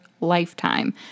lifetime